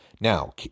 Now